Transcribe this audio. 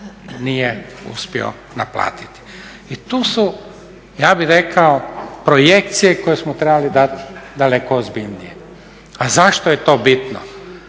nije uspio naplatiti. I tu su ja bih rekao projekcije koje smo trebali dati daleko ozbiljnije. A zašto je to bitno,